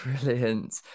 Brilliant